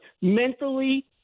mentally